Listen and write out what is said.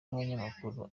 n’abanyamakuru